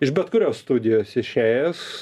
iš bet kurios studijos išėjęs